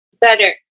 better